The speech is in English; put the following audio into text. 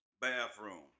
bathroom